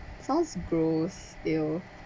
sounds gross !eww!